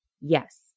Yes